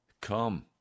Come